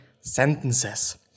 sentences